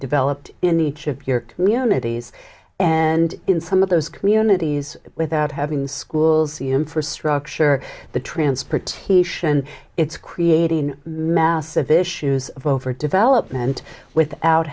developed in each of your communities and in some of those communities without having schools the infrastructure the transportation it's creating massive issues of over development without